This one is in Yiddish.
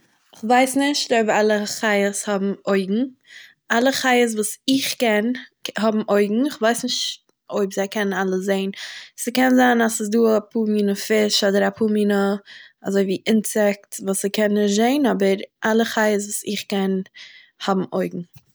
כ'ווייס נישט אויב אלע חיות האבן אויגן, אלע חיות וואס איך קען האבן אויגן, כ'ווייס נישט אויב זיי קענען אלע זעהן, ס'קען זיין אז ס'איז דא אפאהר מינע פיש אדער אפאהר מינע אזוי ווי אינסעקט'ס וואס ס'קען נישט זעהן אבער אלע חיות וואס איך קען האבן אויגן.